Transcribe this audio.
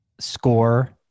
score